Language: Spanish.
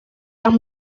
las